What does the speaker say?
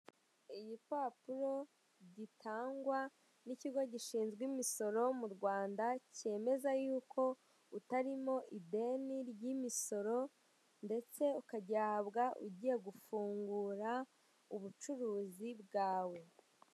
Igipapuro gitangwa n'ikigo gishinzwe imisoro mu Rwanda, cyemeza yuko utarimo ideni ry'imisoro ndetse ukagihabwa ugiye gufungura ubucuruzi bwawe.